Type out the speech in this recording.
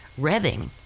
revving